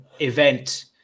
event